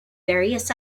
various